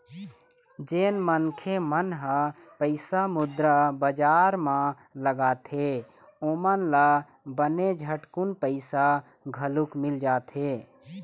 जेन मनखे मन ह पइसा मुद्रा बजार म लगाथे ओमन ल बने झटकून पइसा घलोक मिल जाथे